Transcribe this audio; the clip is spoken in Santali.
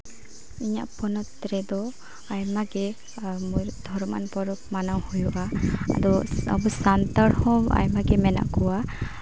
ᱤᱧᱟᱹᱜ ᱯᱚᱱᱚᱛ ᱨᱮᱫᱚ ᱟᱭᱢᱟᱜᱮ ᱢᱩᱬᱩᱫ ᱫᱷᱚᱨᱚᱢᱟᱱ ᱯᱚᱨᱚᱵᱽ ᱢᱟᱱᱟᱣ ᱦᱩᱭᱩᱜᱼᱟ ᱟᱫᱚ ᱟᱵᱚ ᱥᱟᱱᱛᱟᱲ ᱦᱚᱸ ᱟᱭᱢᱟ ᱜᱮ ᱢᱮᱱᱟᱜ ᱠᱚᱣᱟ